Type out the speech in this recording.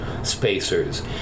Spacers